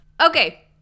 Okay